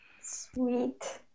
Sweet